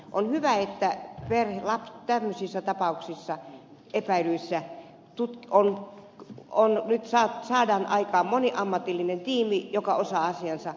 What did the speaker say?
on hyvä että tämmöisissä tapauksissa epäilyissä nyt saadaan aikaan moniammatillinen tiimi joka osaa asiansa